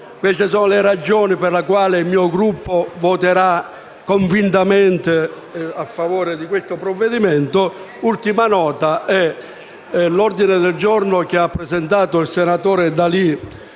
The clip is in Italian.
due principali ragioni per le quali il mio Gruppo voterà convintamente a favore di questo provvedimento. L'ultima nota riguarda l'ordine del giorno G28.100 presentato dal senatore D'Alì